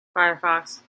firefox